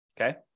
Okay